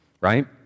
right